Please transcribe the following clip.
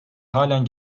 halen